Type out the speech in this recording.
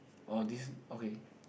orh this okay